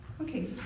Okay